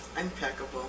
Impeccable